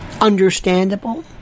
understandable